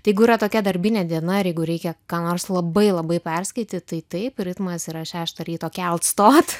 tai jeigu yra tokia darbinė diena ir jeigu reikia ką nors labai labai perskaityt tai taip ritmas yra šeštą ryto kelt stot